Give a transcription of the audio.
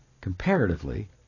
comparatively